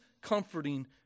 comforting